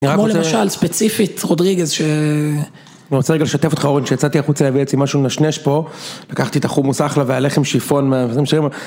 כמו למשל ספציפית, רודריגז ש... אני רוצה רגע לשתף אותך אורן, כשיצאתי החוצה להביא לעצמי משהו לנשנש פה, לקחתי את החומוס אחלה והלחם שיפון מה...